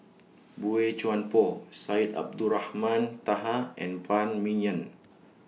Boey Chuan Poh Syed Abdulrahman Taha and Phan Ming Yen